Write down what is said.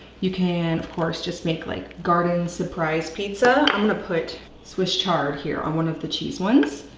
you can of course just make like garden surprise pizza. i'm gonna put swiss chard here on one of the cheese ones.